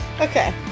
Okay